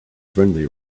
friendly